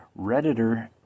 Redditor